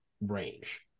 range